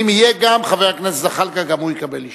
ואם יהיה גם חבר הכנסת זחאלקה גם הוא יקבל אישור.